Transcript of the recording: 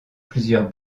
plusieurs